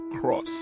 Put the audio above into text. cross